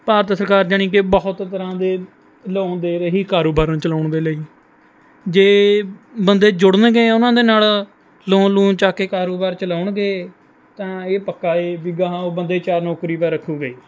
ਭਾਰਤ ਸਰਕਾਰ ਜਾਣੀ ਕਿ ਬਹੁਤ ਤਰ੍ਹਾਂ ਦੇ ਲੋਨ ਦੇ ਰਹੀ ਕਾਰੋਬਾਰਾਂ ਚਲਾਉਣ ਦੇ ਲਈ ਜੇ ਬੰਦੇ ਜੁੜਨਗੇ ਉਹਨਾਂ ਦੇ ਨਾਲ਼ ਲੋਨ ਲੂਨ ਚੱਕ ਕੇ ਕਾਰੋਬਾਰ ਚਲਾਉਣਗੇ ਤਾਂ ਇਹ ਪੱਕਾ ਹੈ ਵੀ ਗਾਹਾਂ ਉਹ ਬੰਦੇ ਚਾਰ ਨੌਕਰੀ ਪਾ ਰੱਖਣਗੇ